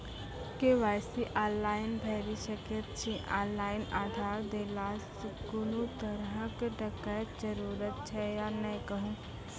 KYC online भैरि सकैत छी, ऑनलाइन आधार देलासॅ कुनू तरहक डरैक जरूरत छै या नै कहू?